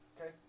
okay